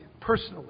personally